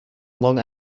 long